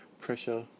pressure